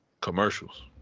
Commercials